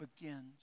begins